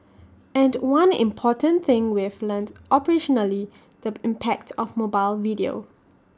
and one important thing we've learnt operationally the impact of mobile video